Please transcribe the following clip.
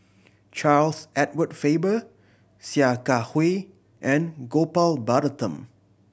Charles Edward Faber Sia Kah Hui and Gopal Baratham